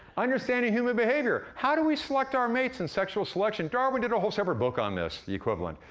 understanding human behavior. how do we select our mates in sexual selection? darwin did a whole separate book on this, the equivalent.